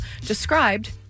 described